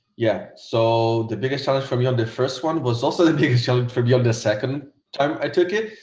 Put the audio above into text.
yeah so the biggest challenge for me on the first one was also the biggest challenge for me of the second time i took it.